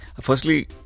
Firstly